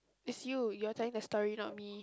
is you you're telling the story not me